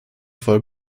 voll